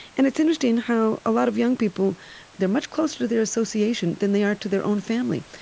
and it's interesting, how a lot of young people they're much closer to their association than they are to their own family.